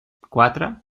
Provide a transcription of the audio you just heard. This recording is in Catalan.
quatre